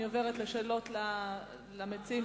אני עוברת לשאלות למציעים.